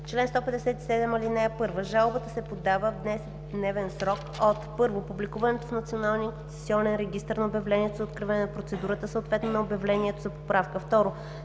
„Чл. 157. (1) Жалба се подава в 10-дневен срок от: 1. публикуването в Националния концесионен регистър на обявлението за откриване на процедурата, съответно на обявлението за поправка; 2.